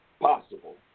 possible